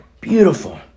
beautiful